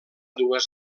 dues